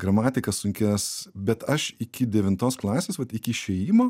gramatikas sunkias bet aš iki devintos klasės vat iki išėjimo